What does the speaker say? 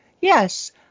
yes